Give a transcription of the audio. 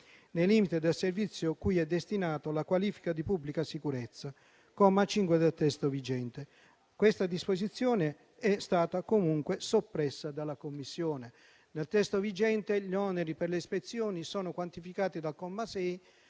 nei limiti del servizio cui è destinato, la qualifica di pubblica sicurezza (comma 5 del testo vigente). Questa disposizione è stata comunque soppressa dalla Commissione. Nel testo vigente, gli oneri per le ispezioni sono quantificati dal comma 6,